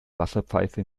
wasserpfeife